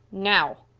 now!